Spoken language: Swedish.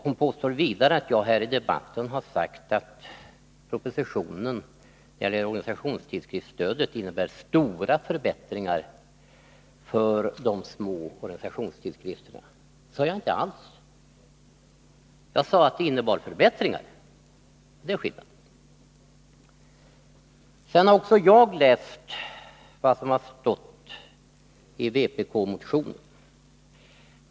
Hon påstår vidare att jag här i debatten har sagt att propositionen när det gäller organisationstidskriftsstödet innebär stora förbättringar för de små organisationstidskrifterna. Det sade jag inte alls. Jag sade att det innebar förbättringar, det är skillnad. Sedan vill jag säga att jag också har läst vpk-motionen.